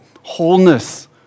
wholeness